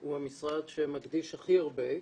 הוא המשרד שמקדיש הכי הרבה.